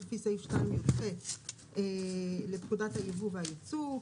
לפי סעיף 2י"ח לפקודת הייבוא והייצוא,